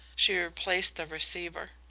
she replaced the receiver.